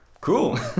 cool